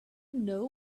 know